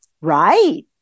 right